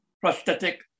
prosthetic